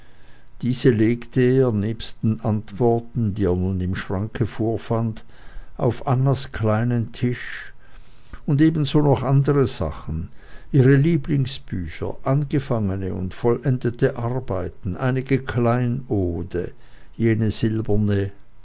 diese legte er nebst den antworten die er nun im schranke vorfand auf annas kleinen tisch und ebenso noch andere sachen ihre lieblingsbücher angefangene und vollendete arbeiten einige kleinode jene silberne